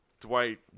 Dwight